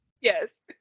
Yes